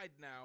now